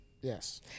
yes